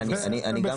לא